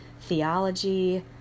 theology